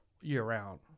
year-round